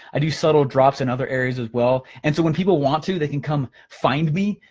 i do subtle drops in other areas as well, and so when people want to, they can come find me,